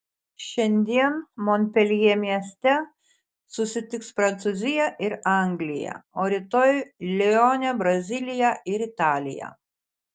šiandien monpeljė mieste susitiks prancūzija ir anglija o rytoj lione brazilija ir italija